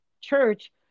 church